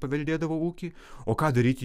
paveldėdavo ūkį o ką daryti